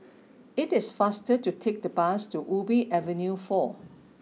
it is faster to take the bus to Ubi Avenue four